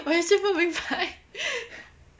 我也是不明白